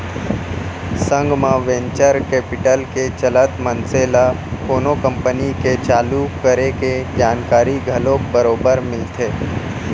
संग म venture capital के चलत मनसे ल कोनो कंपनी के चालू करे के जानकारी घलोक बरोबर मिलथे